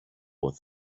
with